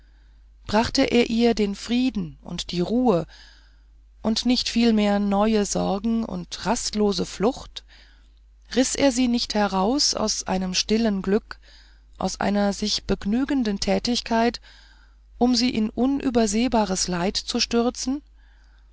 brachte er ihr den frieden und die ruhe und nicht vielmehr neue sorge und rastlose flucht riß er sie nicht heraus aus einem stillen glück aus einer sich begnügenden tätigkeit um sie in unübersehbares leid zu stürzen